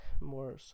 more